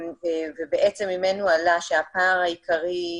ובעצם ממנו עלה שהפער הדיגיטלי,